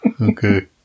Okay